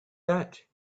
that